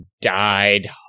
died